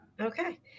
okay